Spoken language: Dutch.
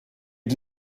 het